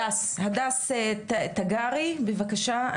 הדס תגרי, בבקשה.